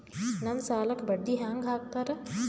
ನಮ್ ಸಾಲಕ್ ಬಡ್ಡಿ ಹ್ಯಾಂಗ ಹಾಕ್ತಾರ?